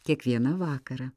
kiekvieną vakarą